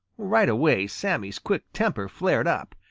right away sammy's quick temper flared up.